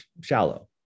shallow